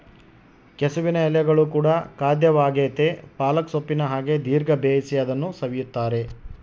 ಕೆಸುವಿನ ಎಲೆಗಳು ಕೂಡ ಖಾದ್ಯವಾಗೆತೇ ಪಾಲಕ್ ಸೊಪ್ಪಿನ ಹಾಗೆ ದೀರ್ಘ ಬೇಯಿಸಿ ಅದನ್ನು ಸವಿಯುತ್ತಾರೆ